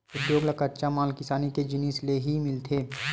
उद्योग ल कच्चा माल किसानी के जिनिस ले ही मिलथे